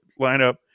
lineup